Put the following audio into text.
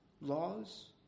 laws